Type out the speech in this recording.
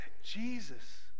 Jesus